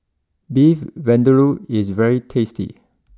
Beef Vindaloo is very tasty